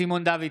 סימון דוידסון,